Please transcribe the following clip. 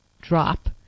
drop